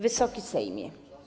Wysoki Sejmie!